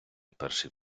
перший